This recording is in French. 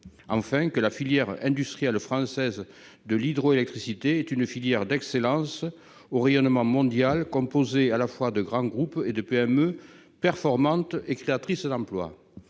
enfin, que la filière industrielle française de l'hydroélectricité est une filière d'excellence au rayonnement mondial composé à la fois de grands groupes et de PME performantes et créatrices d'emplois